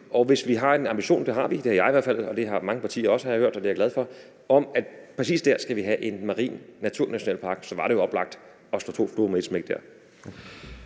Og hvis vi har en ambition om – og det har vi, det har jeg i hvert fald, og det har mange partier også, har jeg hørt, og det er jeg glad for – at vi præcis dér skal have en marin naturnationalpark, så var det jo oplagt, at vi dér slår to fluer med ét smæk.